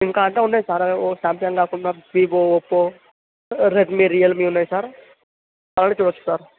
ఇంకా అంతా ఉన్నాయి సార్ శామ్సంగ్ కాకుండా వివో ఒప్పో రెడ్మీ రియల్మీలు ఉన్నాయి సార్ కావాలంటే చూడచ్చు సార్